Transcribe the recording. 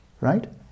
right